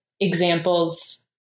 examples